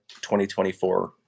2024